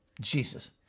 Jesus